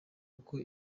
kuko